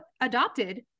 adopted